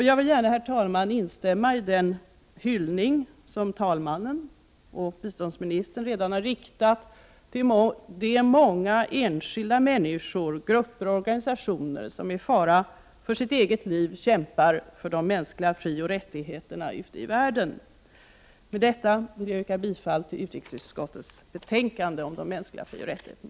Jag vill gärna, herr talman, instämma i den hyllning som talmannen och biståndsministern redan har riktat till de många enskilda människor, grupper och organisationer som med fara för livet kämpar för de mänskliga frioch rättigheterna ute i världen. Med detta yrkar jag bifall till utrikesutskottets hemställan.